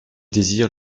désir